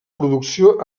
producció